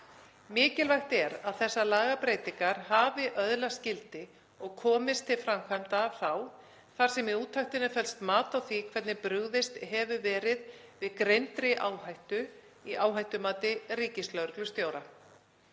Mikilvægt er að þessar lagabreytingar hafi öðlast gildi og komist til framkvæmda þá, þar sem í úttektinni felst mat á því hvernig brugðist hefur verið við greindri áhættu í áhættumati ríkislögreglustjóra.